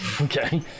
Okay